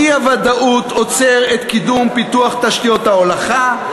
האי-ודאות עוצרת את קידום פיתוח תשתיות ההולכה,